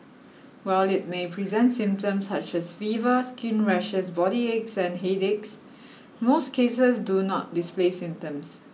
while it may present symptoms such as fever skin rashes body aches and headache most cases do not display symptoms